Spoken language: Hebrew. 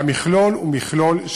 והמכלול הוא של ירידה,